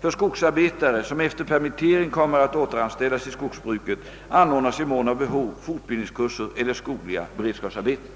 För skogsarbetare som efter permittering kommer att återanställas i skogsbruket anordnas i mån av behov fortbildningskurser eller skogliga beredskapsarbeten.